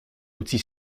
outil